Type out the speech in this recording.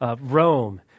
Rome